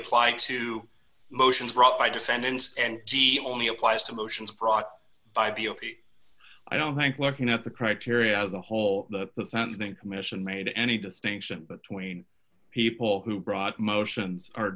apply to motions brought by descendants and g e only applies to motions brought by the open i don't think looking at the criteria as a whole the sentencing commission made any distinction between people who brought motions or